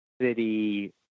City